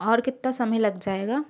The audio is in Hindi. और कितना समय लग जाएगा